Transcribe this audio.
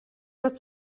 pat